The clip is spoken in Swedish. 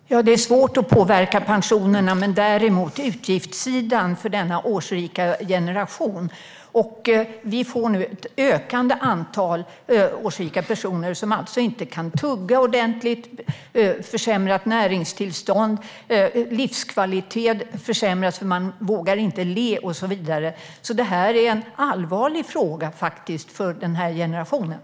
Herr talman! Det är svårt att påverka pensionerna, men man kan påverka utgiftssidan för denna årsrika generation. Vi får nu ett ökande antal årsrika personer som inte kan tugga ordentligt, vilket ger ett försämrat näringstillstånd. Även livskvaliteten försämras eftersom man inte vågar le. För denna generation är detta en allvarlig fråga.